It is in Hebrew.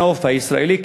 מהנוף הישראלי,